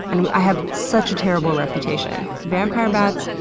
and i have such a terrible reputation. vampire bats,